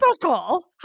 typical